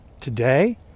today